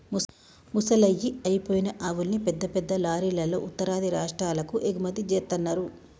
ముసలయ్యి అయిపోయిన ఆవుల్ని పెద్ద పెద్ద లారీలల్లో ఉత్తరాది రాష్టాలకు ఎగుమతి జేత్తన్నరు